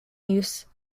use